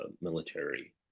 military